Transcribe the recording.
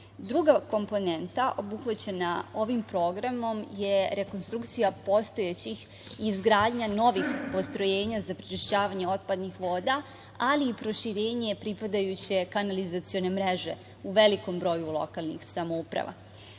voda. Druga komponenta obuhvaćena ovim programom je rekonstrukcija postojećih i izgradnja novih postrojenja za prečišćavanje otpadnih voda, ali i proširenje pripadajuće kanalizacione mreže u velikom broju lokalnih samouprava. Više